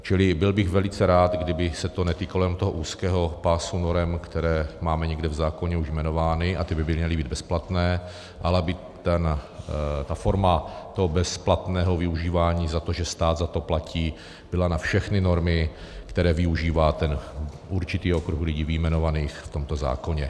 Čili byl bych velice rád, kdyby se to netýkalo jenom toho úzkého pásu norem, které máme někde v zákoně už jmenovány, a ty by měly být bezplatné, ale aby ta forma bezplatného využívání za to, že stát za to platí, byla na všechny normy, které využívá ten určitý okruh lidí vyjmenovaných v tomto zákoně.